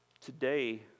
Today